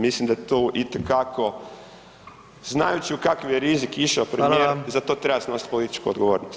Mislim da je to itekako, znajući u kakav je rizik išao premijer za to treba snositi [[Upadica: Hvala vam.]] političku odgovornost.